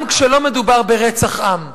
גם כשלא מדובר ברצח עם.